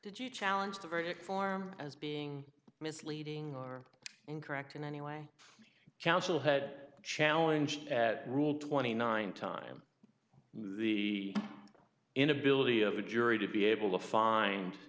did you challenge the verdict form as being misleading or incorrect in any way counsel had challenge at rule twenty nine time the inability of a jury to be able to find